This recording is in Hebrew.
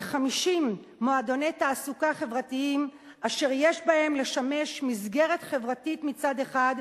כ-50 מועדוני תעסוקה חברתיים אשר יש בהם לשמש מסגרת חברתית מצד אחד,